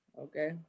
okay